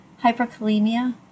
hyperkalemia